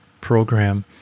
program